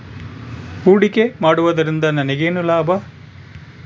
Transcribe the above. ಹೂಡಿಕೆ ಮಾಡುವುದರಿಂದ ನನಗೇನು ಲಾಭ?